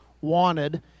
wanted